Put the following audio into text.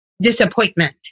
disappointment